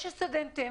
יש סטודנטים